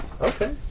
Okay